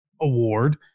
award